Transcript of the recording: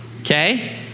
okay